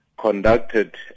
conducted